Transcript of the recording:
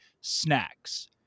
Snacks